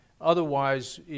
Otherwise